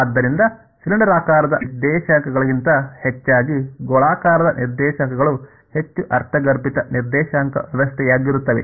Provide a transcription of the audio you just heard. ಆದ್ದರಿಂದ ಸಿಲಿಂಡರಾಕಾರದ ನಿರ್ದೇಶಾಂಕಗಳಿಗಿಂತ ಹೆಚ್ಚಾಗಿ ಗೋಳಾಕಾರದ ನಿರ್ದೇಶಾಂಕಗಳು ಹೆಚ್ಚು ಅರ್ಥಗರ್ಭಿತ ನಿರ್ದೇಶಾಂಕ ವ್ಯವಸ್ಥೆಯಾಗಿರುತ್ತವೆ